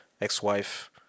ex-wife